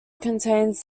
contains